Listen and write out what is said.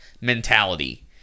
mentality